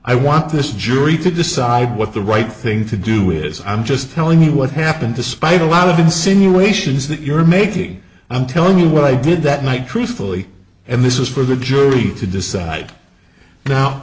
i want this jury to decide what the right thing to do is i'm just telling you what happened despite a lot of insinuations that you're making i'm telling you what i did that night truthfully and this is for the jury to decide now